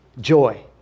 joy